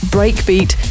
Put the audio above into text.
Breakbeat